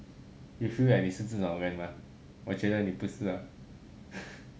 you feel that 你是这种人吗我觉得你不是 lah